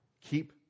Keep